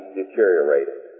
deteriorated